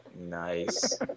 Nice